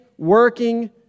Working